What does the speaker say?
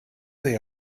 they